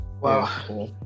wow